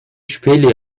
şüpheyle